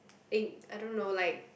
eh I don't know like